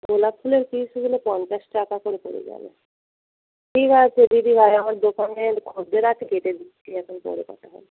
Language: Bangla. গোলাপ ফুলের পিসগুলো পঞ্চাশ টাকা করে পড়ে যাবে ঠিক আছে দিদিভাই আমার দোকানের খদ্দের আছে কেটে দিচ্ছি এখন পরে কথা হবে